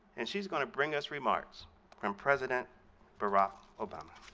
and she's going to bring us remarks from president barack obama.